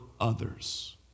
others